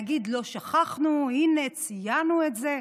להגיד: לא שכחנו, הינה, ציינו את זה,